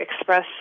express